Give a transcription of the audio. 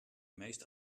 meest